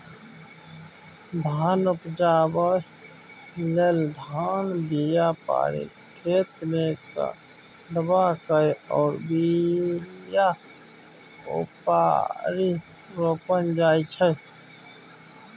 धान उपजाबै लेल धानक बीया पारि खेतमे कदबा कए ओ बीया उपारि रोपल जाइ छै